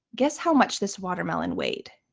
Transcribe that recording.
guess how much this watermelon weighed?